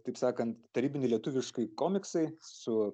taip sakant tarybiniai lietuviškai komiksai su